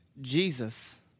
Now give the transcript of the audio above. Jesus